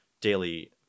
daily